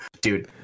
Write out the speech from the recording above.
Dude